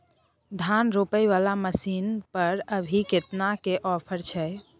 धान रोपय वाला मसीन पर अभी केतना के ऑफर छै?